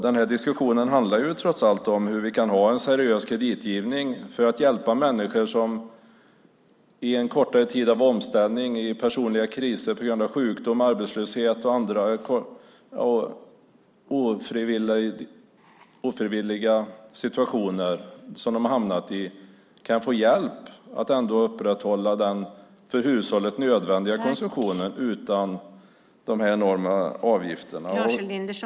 Den här diskussionen handlar trots allt om möjligheten att ha en seriös kreditgivning för att människor som under en kortare tid av omställning, i personliga kriser på grund av sjukdom, arbetslöshet och andra ofrivilliga situationer som de har hamnat i ska kunna få hjälp att upprätthålla den för hushållet nödvändiga konsumtionen utan enorma avgifter.